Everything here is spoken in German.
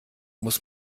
muss